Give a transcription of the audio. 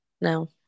No